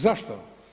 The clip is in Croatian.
Zašto?